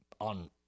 on